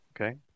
Okay